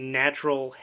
natural